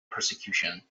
persecution